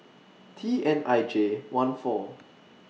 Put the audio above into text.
T N I J one four